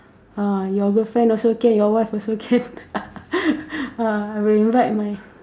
ah your girlfriend also can your wife also can ah I will invite my